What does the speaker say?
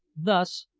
thus,